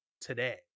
today